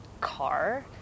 car